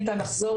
אין טעם לחזור,